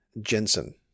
Jensen